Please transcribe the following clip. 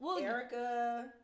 Erica